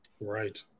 right